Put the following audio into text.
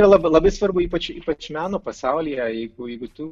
labai labai svarbu ypač ypač meno pasaulyje jeigu jeigu tu